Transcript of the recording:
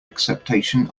acceptation